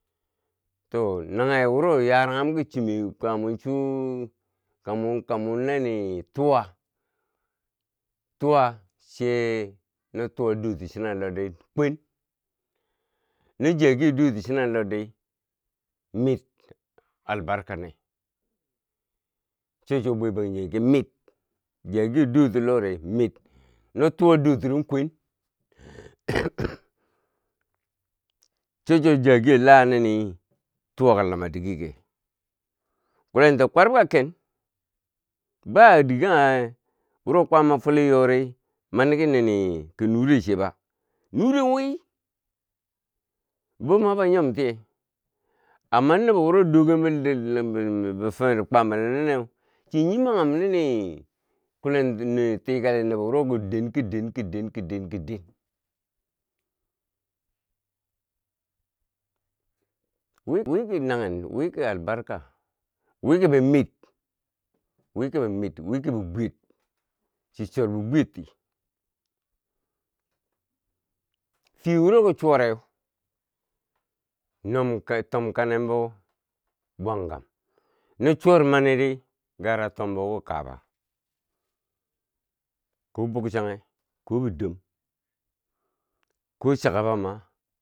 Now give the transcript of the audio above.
To naghe wuro ya raghum ki chume kamar su, kamar, kamar nenne, tuwa tuwa che no to doti chi nar lordi nkwen, no jagiyo do ti chinar lordi mmiir, albarka ne, cho chuwo bwe bangjinghe ki mit jagiyo do ti lori mit no tuwa do tiri nkwen cho chuwo jagiyo la la nini tuwa ki luma dige ke, kulen do kwarub ka ken ba dighe kaghe wuro kwaama fuli yori ma ni ki nini ki nure che ba, nure wii, bo maba nyomtiye amma nobo wuro dogen be fumer kwaro nineu chin nyumanghum nini kulentini tikali nobo wuro kiden kiden kiden kiden kiden, wi wiki nanghen, wi ki albarka, wi kibe mit, wi kibi mir wiki bi bwiyer chi chor bi bwiyerti fiye wuro ki chuwareu, nyom ka tom kanem bo- bwangkam no chuwar maki di, gara tombo mo ki kaba, ko bukchanghe, ko bidom ko chakaba ma.